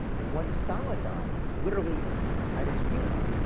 and once stalin died, literally at his funeral,